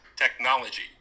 technology